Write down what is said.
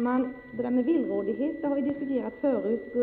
Fru talman! Gullan Lindblad och jag har tidigare diskuterat villrådighet.